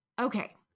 Okay